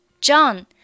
John